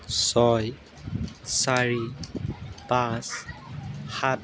ছয় চাৰি পাঁচ সাত